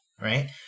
right